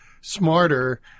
smarter